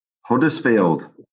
Huddersfield